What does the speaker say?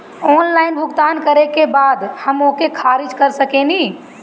Online भुगतान करे के बाद हम ओके खारिज कर सकेनि?